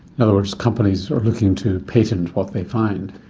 in other words, companies are looking to patent what they find.